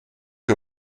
que